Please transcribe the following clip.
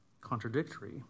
contradictory